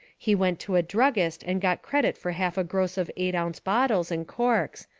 he went to a druggist and got credit for half a gross of eight-ounce bottles and corks,